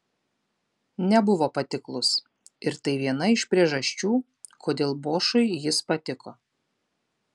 nebuvo patiklus ir tai viena iš priežasčių kodėl bošui jis patiko